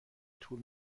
تور